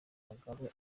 mugabe